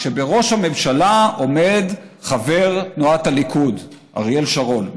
כשבראש הממשלה עומד חבר תנועת הליכוד אריאל שרון.